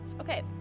okay